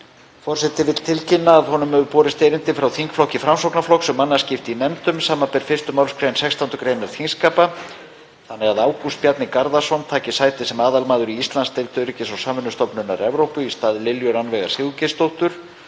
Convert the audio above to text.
Forseti vill tilkynna að honum hefur borist erindi frá þingflokki Framsóknarflokks um mannaskipti í nefndum, samanber 1. mgr. 16. þingskapa, þannig að Ágúst Bjarni Garðarsson taki sæti sem aðalmaður í Íslandsdeild Öryggis- og samvinnustofnunar Evrópu í stað Lilju Rannveigar Sigurgeirsdóttur